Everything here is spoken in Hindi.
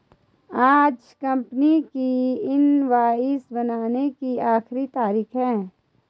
आज कंपनी की इनवॉइस बनाने की आखिरी तारीख है